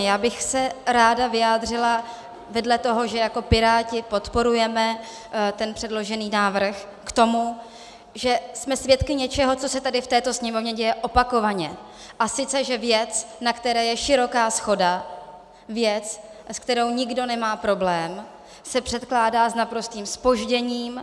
Já bych se ráda vyjádřila vedle toho, že jako Piráti podporujeme předložený návrh, k tomu, že jsme svědky něčeho, co se tady v této Sněmovně děje opakovaně, a sice že věc, na které je široká shoda, věc, s kterou nikdo nemá problém, se předkládá s naprostým zpožděním.